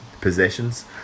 possessions